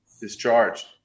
discharged